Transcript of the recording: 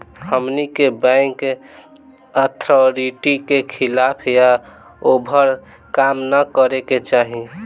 हमनी के bank authority के खिलाफ या ओभर काम न करे के चाही